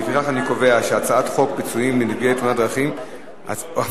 לפיכך אני קובע שהצעת חוק פיצויים לנפגעי תאונת דרכים (תיקון,